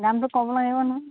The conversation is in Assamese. দামটো ক'ব লাগিব নহয়